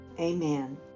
Amen